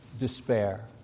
despair